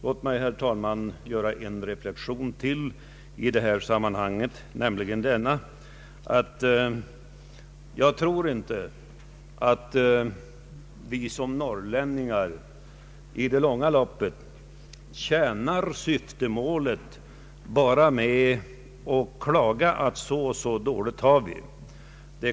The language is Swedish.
Låt mig, herr talman, göra en reflexion till i det här sammanhanget nämligen denna: Jag tror inte att vi som norrlänningar i det långa loppet tjänar syftemålet bara med att klaga att så och så dåligt har vi det.